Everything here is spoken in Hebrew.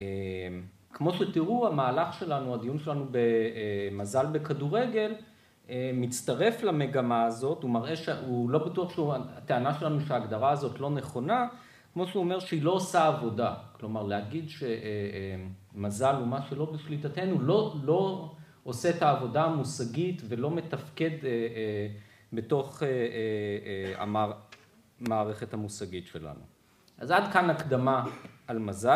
‫כמו שתראו, המהלך שלנו, ‫הדיון שלנו במזל בכדורגל, ‫מצטרף למגמה הזאת, הוא מראה, ‫הוא לא בטוח, ‫הטענה שלנו שההגדרה הזאת לא נכונה, ‫כמו שהוא אומר שהיא לא עושה עבודה. ‫כלומר, להגיד שמזל ‫הוא מה שלא בשליטתנו, ‫הוא לא עושה את העבודה המושגית ‫ולא מתפקד בתוך המערכת המושגית שלנו. ‫אז עד כאן הקדמה על מזל.